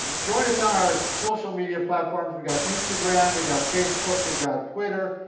join us on our social media platforms. we got instagram, we got facebook, we got twitter.